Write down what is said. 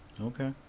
Okay